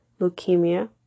leukemia